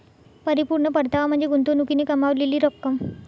परिपूर्ण परतावा म्हणजे गुंतवणुकीने कमावलेली रक्कम